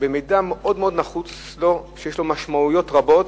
מידע שמאוד מאוד נחוץ לו ויש לו משמעויות רבות,